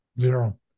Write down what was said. Zero